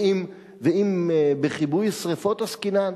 ואם בכיבוי שרפות עסקינן,